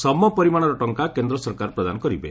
ସମପରିମାଣର ଟଙ୍କା କେନ୍ଦ୍ର ସରକାର ପ୍ରଦାନ କରିବେ